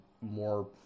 more